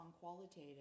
qualitative